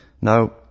Now